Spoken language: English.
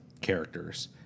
characters